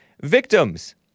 Victims